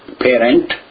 parent